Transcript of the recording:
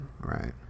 Right